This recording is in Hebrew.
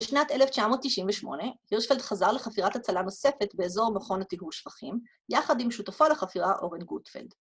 ‫בשנת 1998 גרשפלד חזר לחפירת הצלה ‫נוספת באזור מכון לטיהור שפחים ‫יחד עם שותפו לחפירה אורן גוטפלד.